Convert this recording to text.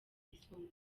yisumbuye